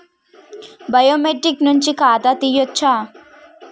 Biometric నుంచి ఖాతా తీయచ్చా?